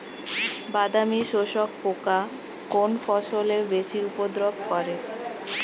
বাদামি শোষক পোকা কোন ফসলে বেশি উপদ্রব করে?